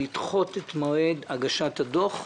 לדחות את מועד הגשת הדוח,